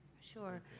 Sure